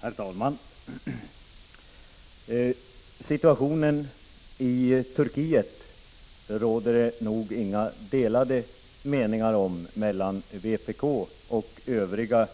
Herr talman! Situationen i Turkiet råder det nog inga delade meningar om mellan vpk och övriga